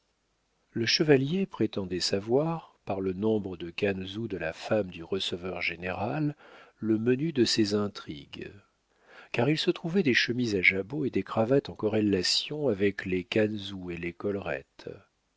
le chevalier prétendait savoir par le nombre de canezous de la femme du receveur-général le menu de ses intrigues car il se trouvait des chemises à jabot et des cravates en corrélation avec les canezous et les collerettes